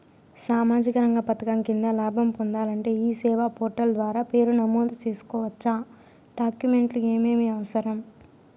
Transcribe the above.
సామాజిక రంగ పథకం కింద లాభం పొందాలంటే ఈ సేవా పోర్టల్ ద్వారా పేరు నమోదు సేసుకోవచ్చా? డాక్యుమెంట్లు ఏమేమి అవసరం?